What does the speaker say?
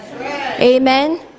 Amen